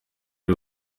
ari